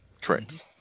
correct